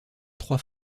trois